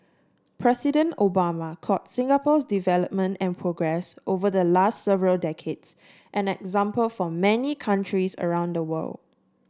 President Obama called Singapore's development and progress over the last several decades an example for many countries around the world